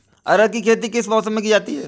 अरहर की खेती किस मौसम में की जाती है?